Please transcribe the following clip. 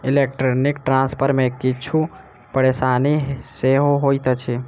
electronic transfer मे किछु परेशानी सेहो होइत अछि